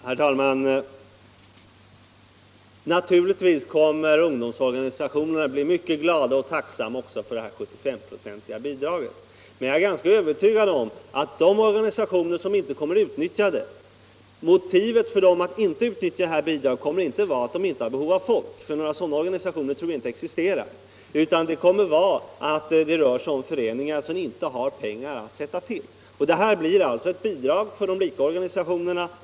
Herr talman! Naturligtvis kommer ungdomsorganisationerna att bli mycket glada och tacksamma också för ett bidrag på 75 96. Men jag är ganska övertygad om att motivet för de organistioner som inte utnyttjar bidraget inte kommer att vara att de inte har behov av folk — sådana organisationer tror jag inte existerar — utan att de inte har pengar att sätta till. Det blir alltså ett bidrag för de rika organisationerna.